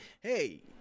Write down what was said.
hey